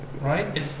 Right